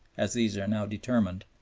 as these are now determined,